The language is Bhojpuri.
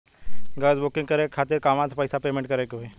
गॅस बूकिंग करे के खातिर कहवा से पैसा पेमेंट करे के होई?